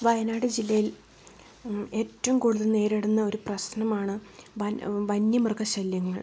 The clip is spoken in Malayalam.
വയനാട് ജില്ലയിൽ ഏറ്റവുംകൂടുതൽ നേരിടുന്ന ഒരു പ്രശ്നമാണ് വന്യമൃഗശല്യങ്ങൾ